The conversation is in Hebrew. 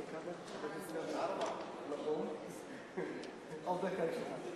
11 בפברואר 2014. אני מתכבד לפתוח את ישיבת הכנסת.